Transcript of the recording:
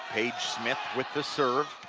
paige smith with the serve.